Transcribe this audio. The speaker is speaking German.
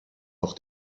noch